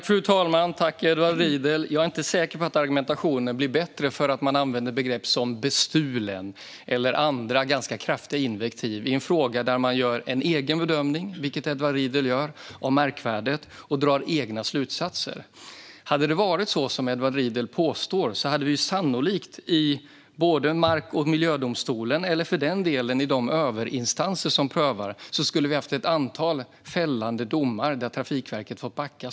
Fru talman! Jag är inte säker på att argumentationen blir bättre genom att man använder begrepp som "bestulen" eller andra kraftiga invektiv i en fråga där man gör en egen bedömning av markvärdet, vilket Edward Riedl gör, och drar egna slutsatser. Om det hade varit så som Edward Riedl påstår hade vi sannolikt haft ett antal fällande domar i mark och miljödomstolen och i de överinstanser som prövar detta så att Trafikverket hade fått backa.